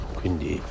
quindi